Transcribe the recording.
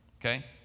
Okay